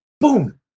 Boom